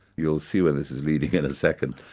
you'll see where this is leading in a second.